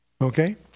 Okay